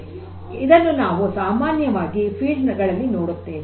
ಇದನ್ನು ನಾವು ಸಾಮಾನ್ಯವಾಗಿ ಫೀಲ್ಡ್ ಗಳಲ್ಲಿ ನೋಡುತ್ತೇವೆ